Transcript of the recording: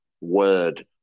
Word